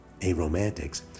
aromantics